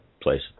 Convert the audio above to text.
place